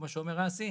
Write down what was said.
כמו שאומר אסי,